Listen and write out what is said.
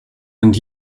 and